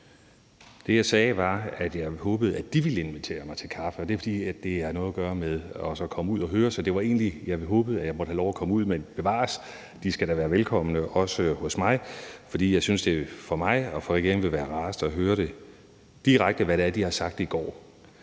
Det, jeg sagde, var, at jeg håbede, at de ville invitere mig til kaffe, og det er, fordi det har noget at gøre med også at komme ud og høre om det. Så jeg håbede, at jeg måtte have lov at komme ud, men bevares, de skal da også være velkomne hos mig. For jeg synes, at det for mig og for regeringen vil være rarest at høre direkte fra dem, hvad det er, de har sagt i går.